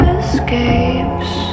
escapes